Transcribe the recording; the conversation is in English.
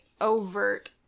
overt